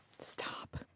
Stop